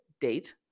date